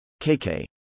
kk